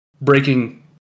Breaking